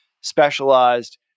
specialized